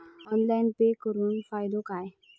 Online pay करुन फायदो काय?